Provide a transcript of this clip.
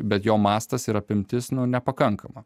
bet jo mastas ir apimtis nu nepakankama